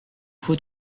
faut